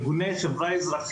שאנחנו רואים את ה-ביחד הזה,